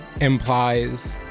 implies